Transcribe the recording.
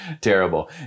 terrible